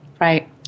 Right